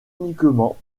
uniquement